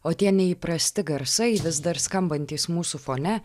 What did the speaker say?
o tie neįprasti garsai vis dar skambantys mūsų fone